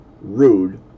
rude